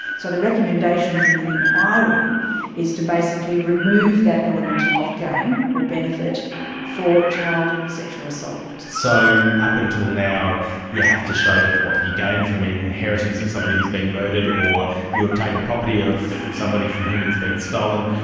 so the recommendation from the inquiry is to basically remove that element of gain or benefit for child sexual assault. so up until now you have to show that, what, you gain from an inheritance of somebody who's been murdered or you obtain the property of somebody from whom it's been stolen,